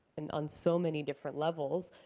and on so many different levels.